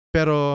Pero